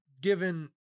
given